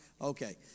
Okay